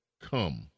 come